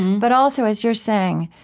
but also, as you're saying,